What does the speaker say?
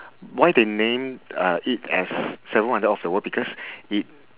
why they name uh it as seven wonder of the world because it